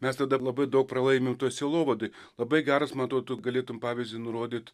mes tada labai daug pralaimim toj sielovadoj labai geras man atrodo tu galėtum pavyzdį nurodyt